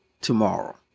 tomorrow